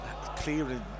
Clearing